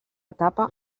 etapa